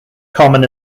common